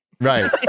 Right